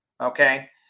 okay